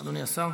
אדוני השר.